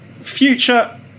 Future